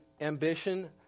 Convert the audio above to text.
ambition